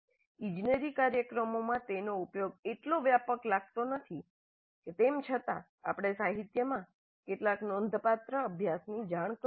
ઇજનેરી કાર્યક્રમોમાં તેનો ઉપયોગ એટલો વ્યાપક લાગતો નથી કે તેમ છતાં આપણે સાહિત્યમાં કેટલાક નોંધપાત્ર અભ્યાસની જાણ કરી છે